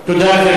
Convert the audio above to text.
גברתי, תודה.